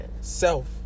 Self